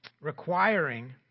requiring